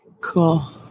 cool